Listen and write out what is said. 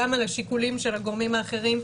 גם על השיקולים של הגורמים האחרים.